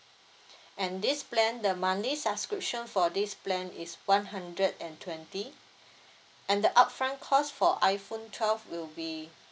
and this plan the monthly subscription for this plan is one hundred and twenty and the upfront cost for iphone twelve will be